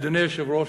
אדוני היושב-ראש,